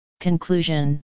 Conclusion